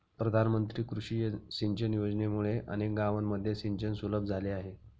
प्रधानमंत्री कृषी सिंचन योजनेमुळे अनेक गावांमध्ये सिंचन सुलभ झाले आहे